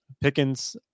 Pickens